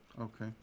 Okay